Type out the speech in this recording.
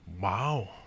Wow